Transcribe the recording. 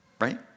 right